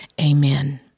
amen